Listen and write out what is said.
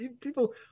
people